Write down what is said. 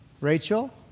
Rachel